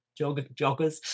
joggers